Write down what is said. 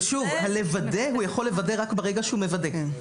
שוב, לוודא הוא יכול רק ברגע שהוא מוודא.